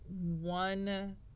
one